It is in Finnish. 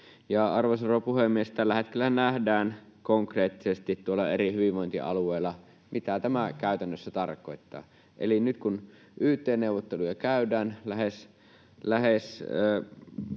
Arvoisa rouva puhemies! Tällä hetkellä nähdään konkreettisesti tuolla eri hyvinvointialueilla, mitä tämä käytännössä tarkoittaa. Eli nyt kun yt-neuvotteluja käydään eri